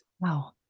Wow